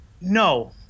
No